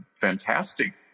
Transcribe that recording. fantastic